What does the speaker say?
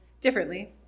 differently